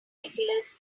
nicholas